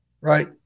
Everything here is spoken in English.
right